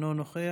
אינו נוכח,